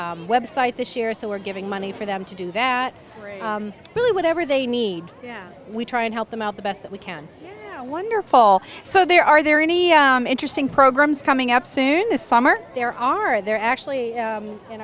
their website this year so we're giving money for them to do that really whatever they need we try and help them out the best that we can wonderful so there are there any interesting programs coming up soon this summer there are there actually